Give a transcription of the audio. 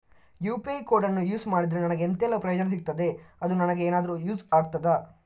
UPI ಕೋಡನ್ನು use ಮಾಡಿದ್ರೆ ನನಗೆ ಎಂಥೆಲ್ಲಾ ಪ್ರಯೋಜನ ಸಿಗ್ತದೆ, ಅದು ನನಗೆ ಎನಾದರೂ ಯೂಸ್ ಆಗ್ತದಾ?